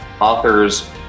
authors